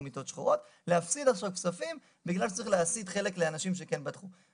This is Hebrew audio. מיטות שחורות להפסיד כספים בגלל שצריך להסיט חלק לאנשים שכן פתחו.